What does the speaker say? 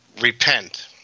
repent